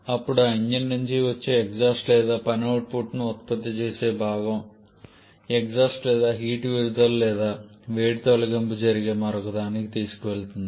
అప్పుడు ఆ ఇంజిన్ నుండి వచ్చే ఎగ్జాస్ట్ లేదా పని అవుట్పుట్ను ఉత్పత్తి చేసే భాగం ఎగ్జాస్ట్ లేదా హీట్ విడుదల లేదా వేడి తొలగింపు జరిగే మరొకదానికి తీసుకువెళుతుంది